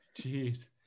Jeez